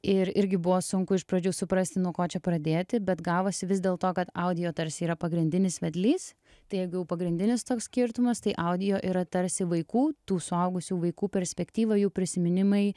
ir irgi buvo sunku iš pradžių suprasti nuo ko čia pradėti bet gavosi vis dėlto kad audio tarsi yra pagrindinis vedlys tai jeigu jau pagrindinis toks skirtumas tai audio yra tarsi vaikų tų suaugusių vaikų perspektyva jų prisiminimai